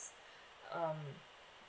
um